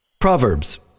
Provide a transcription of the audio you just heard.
Proverbs